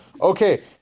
Okay